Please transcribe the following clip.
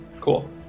cool